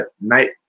night